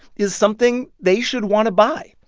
is something they should want to buy.